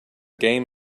game